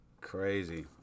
Crazy